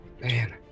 man